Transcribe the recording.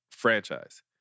franchise